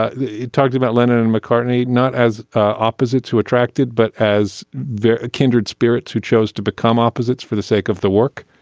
ah talked about lennon and mccartney not as ah opposites who attracted, but as their kindred spirits, who chose to become opposites for the sake of the work.